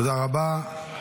תודה רבה.